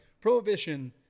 Prohibition